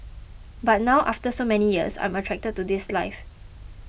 but now after so many years I'm attracted to this life